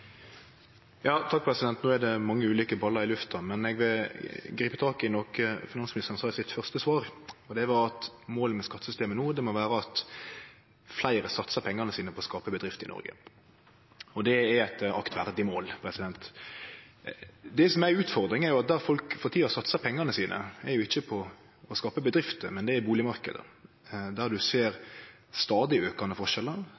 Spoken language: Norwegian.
det mange ulike ballar i lufta, men eg vil gripe tak i noko finansministeren sa i sitt første svar. Det var at målet med skattesystemet no må vere at fleire satsar pengane sine på å skape bedrifter i Noreg. Det er eit aktverdig mål. Det som er ei utfordring, er at det folk for tida satsar pengane sine på, ikkje er å skape bedrifter, men bustadmarknaden. Der ser ein stadig aukande forskjellar, ein stadig høgare terskel for å kome inn – som er med på å skape betydelege forskjellar.